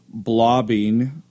blobbing